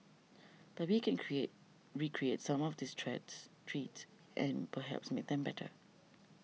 but we can create recreate some of these treats and perhaps make them better